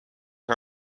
her